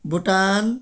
Bhutan